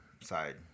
side